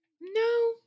no